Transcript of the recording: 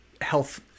health